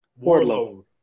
Warlord